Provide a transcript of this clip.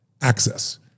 access